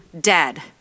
dead